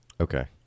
Okay